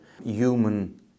human